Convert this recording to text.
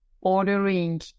ordering